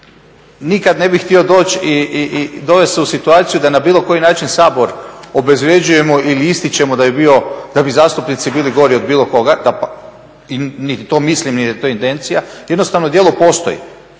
nikad ne bih htio doći i dovest se u situaciju da na bilo koji način Sabor obezvređujemo ili ističemo da bi zastupnici bili gori od bilo koga, niti to mislim, niti je to intencija. Jednostavno djelo postoji.